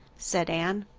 said anne.